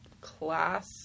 class